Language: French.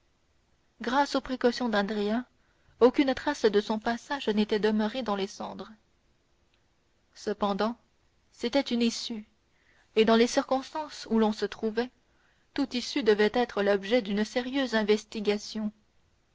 grâce aux précautions d'andrea aucune trace de son passage n'était demeurée dans les cendres cependant c'était une issue et dans les circonstances où l'on se trouvait toute issue devait être l'objet d'une sérieuse investigation